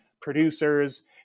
producers